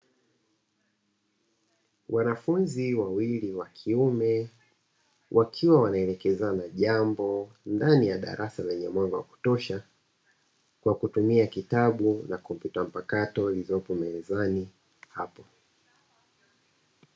Wanafunzi wawili wa kiume wakiwa wanaelekezana jambo ndani ya darasa lenye mwanga wa kutosha, kwa kutumia kitabu na kompyuta mpakato zilizoko mezani hapo.